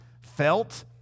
felt